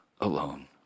alone